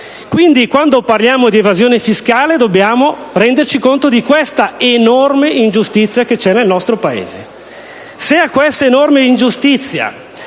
Quindi, quando parliamo di evasione fiscale dobbiamo renderci conto di questa enorme ingiustizia esistente nel nostro Paese.